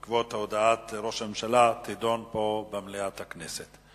בעקבות הודעת ראש הממשלה, תידונה פה במליאת הכנסת.